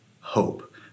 hope